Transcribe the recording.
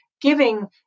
giving